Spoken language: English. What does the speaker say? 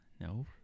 No